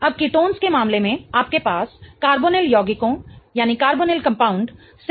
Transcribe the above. अब केटोन्स के मामले में आपके पास कार्बोनिल यौगिकों से जुड़े दो अल्किल समूह हैं